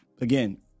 again